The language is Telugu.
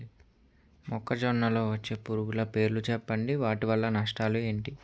మొక్కజొన్న లో వచ్చే పురుగుల పేర్లను చెప్పండి? వాటి వల్ల నష్టాలు ఎంటి?